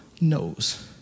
knows